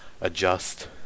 adjust